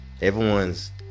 Everyone's